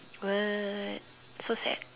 what so sad